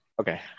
okay